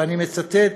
ואני מצטט,